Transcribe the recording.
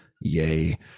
yay